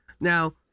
Now